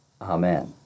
Amen